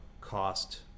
cost